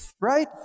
right